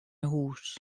hûs